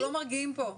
אנחנו לא מרגיעים פה.